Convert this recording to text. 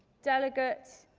delegate